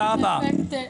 תודה רבה.